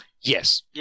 Yes